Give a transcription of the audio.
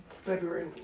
February